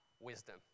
wisdom